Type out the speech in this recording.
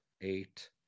eight